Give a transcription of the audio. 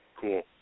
Cool